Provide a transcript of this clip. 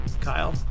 Kyle